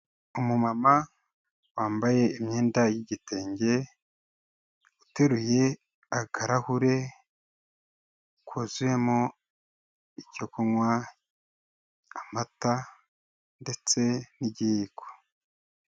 Umu mama wambaye imyenda y'igitenge, uteruye akarahure, kuzuyemo icyo kunywa, amata, ndetse n'igiyiko.